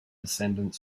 descended